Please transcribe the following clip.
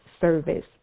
service